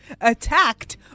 attacked